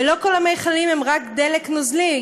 ולא כל המכלים הם רק דלק נוזלי,